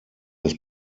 dass